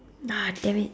ah damn it